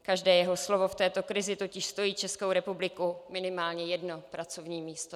Každé jeho slovo v této krizi totiž stojí Českou republiku minimálně jedno pracovní místo.